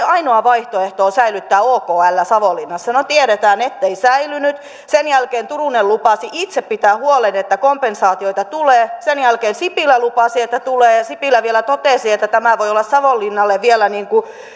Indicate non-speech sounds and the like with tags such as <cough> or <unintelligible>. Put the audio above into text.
<unintelligible> ainoa vaihtoehto on säilyttää okl savonlinnassa no tiedetään ettei säilynyt sen jälkeen turunen lupasi itse pitää huolen että kompensaatioita tulee sen jälkeen sipilä lupasi että tulee ja sipilä vielä totesi että tämä voi olla savonlinnalle vielä